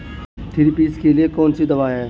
Thrips के लिए कौन सी दवा है?